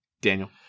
Daniel